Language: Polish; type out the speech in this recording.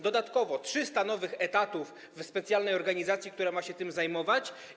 Dodatkowo 300 nowych etatów w specjalnej organizacji, która ma się tym zajmować.